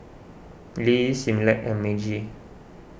Lee Similac and Meiji